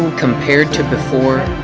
compared to before,